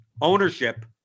ownership